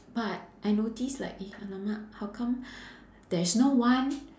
but I noticed like eh !alamak! how come there's no one